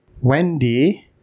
Wendy